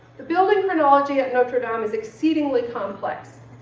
the building chronology at notre-dame is exceedingly complex.